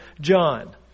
John